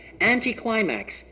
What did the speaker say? anticlimax